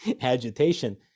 agitation